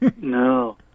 No